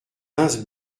rince